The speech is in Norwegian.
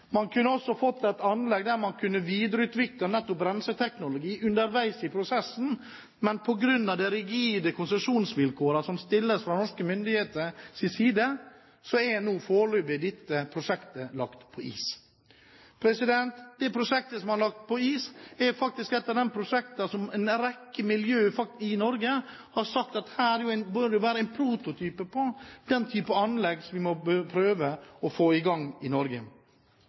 Man kunne også fått et anlegg der man kunne videreutviklet renseteknologi underveis i prosessen, men på grunn av de rigide konsesjonsvilkårene som stilles fra norske myndigheters side, er nå dette prosjektet foreløpig lagt på is. Det prosjektet som er lagt på is, er faktisk et av de prosjektene en rekke miljøer i Norge har sagt bør være en prototype på den type anlegg som vi bør prøve å få i gang i Norge.